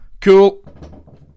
Cool